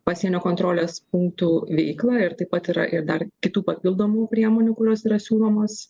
pasienio kontrolės punktų veiklą ir taip pat yra ir dar kitų papildomų priemonių kurios yra siūlomos